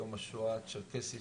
יום השואה הצ'רקסי.